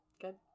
good